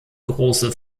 große